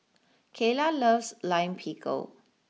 Cayla loves Lime Pickle